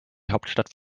hauptstadt